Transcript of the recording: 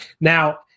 Now